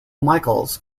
michaels